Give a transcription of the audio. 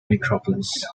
necropolis